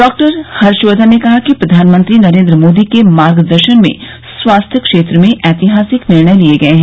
डॉ हर्षवर्धन ने कहा कि प्रधानमंत्री नरेन्द्र मोदी के मार्गदर्शन में स्वास्थ्य क्षेत्र में ऐतिहासिक निर्णय लिए गए हैं